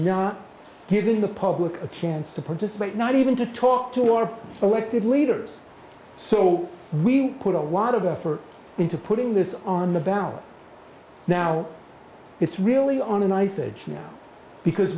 not given the public a chance to participate not even to talk to our elected leaders so we put a lot of effort into putting this on the ballot now it's really on a knife age now because